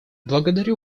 благодарю